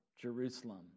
Jerusalem